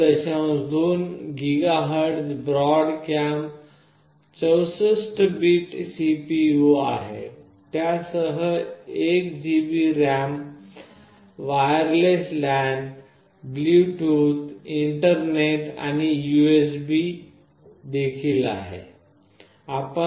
2 GHz Broadcom 64 bit CPU आहे त्यासह 1GB RAM wireless LAN Bluetooth Ethernet आणि USB wireless LAN Bluetooth Ethernet and USBआहे